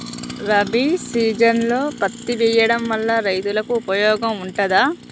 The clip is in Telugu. రబీ సీజన్లో పత్తి వేయడం వల్ల రైతులకు ఉపయోగం ఉంటదా?